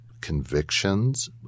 convictions